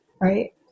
right